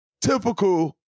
typical